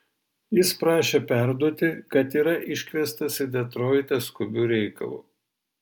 jis prašė perduoti kad yra iškviestas į detroitą skubiu reikalu